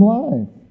life